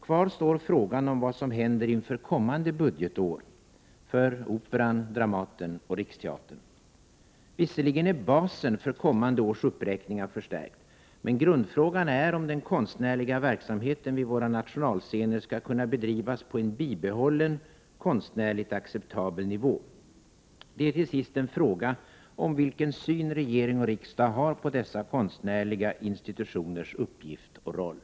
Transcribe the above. Kvar står frågan om vad som händer inför kommande budgetår för Operan, Dramaten och Riksteatern. Visserligen är basen för kommande års uppräkningar förstärkt, men grundfrågan är om den konstnärliga verksamheten vid våra nationalscener skall kunna bedrivas på en bibehållen, konstnärligt acceptabel nivå. Det är till sist en fråga om vilken syn regering och riksdag har på dessa konstnärliga Prot. 1988/89:86 institutioners uppgift och roll.